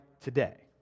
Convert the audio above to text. today